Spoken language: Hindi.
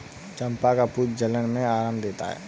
चंपा का फूल जलन में आराम देता है